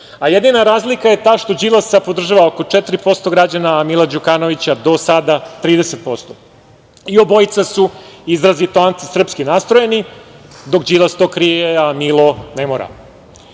a jedina razlika je ta što Đilasa podržava oko 4% građana, a Mila Đukanovića do sada 30%. Obojica su izrazito anti-srpski nastrojeni, dok Đilas to krije a Milo ne